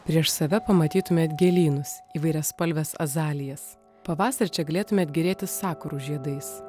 prieš save pamatytumėt gėlynus įvairiaspalves azalijas pavasarį čia galėtumėt gėrėtis sakurų žiedais